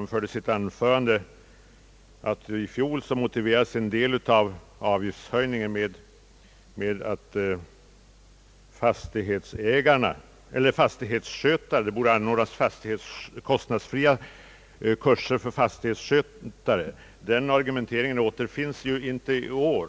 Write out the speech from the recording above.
sade i sitt anförande att förra året motiverades en del av avgiftshöjningen med kostnadsfria kurser för fastighetsskötare. Den argumenteringen återfinns ju inte i år.